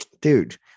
Dude